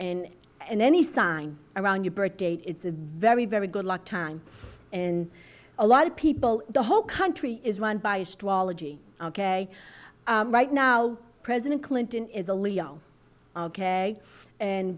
and in any sign around your birthdate it's a very very good luck time and a lot of people the whole country is run by astrology right now president clinton is a leo ok and